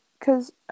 cause